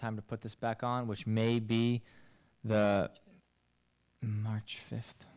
time to put this back on which may be the march